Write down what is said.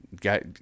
got